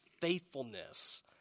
faithfulness